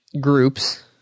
groups